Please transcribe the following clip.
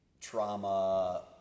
Trauma